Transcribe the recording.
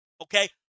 okay